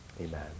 amen